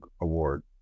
Award